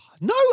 No